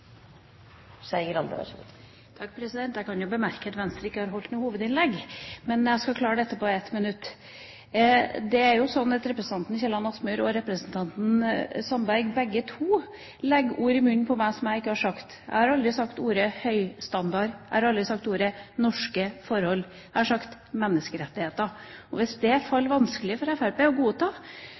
Skei Grande har hatt ordet to ganger og får ordet til en kort merknad, begrenset til 1 minutt. Jeg kan jo bemerke at Venstre ikke har holdt noe hovedinnlegg, men jeg skal klare dette på ett minutt. Representanten Kielland Asmyhr og representanten Per Sandberg legger begge ord i munnen på meg som jeg ikke har sagt. Jeg har aldri sagt «høy standard». Jeg har aldri sagt ordene «norske forhold». Jeg har sagt «menneskerettigheter». Hvis det faller vanskelig for Fremskrittspartiet å godta,